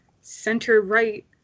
center-right